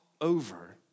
over